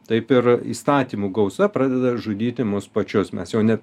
taip ir įstatymų gausa pradeda žudyti mus pačius mes jau net